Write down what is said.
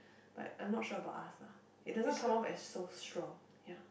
but I'm not sure about us lah it doesn't come off as so strong ya